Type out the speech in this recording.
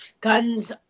Guns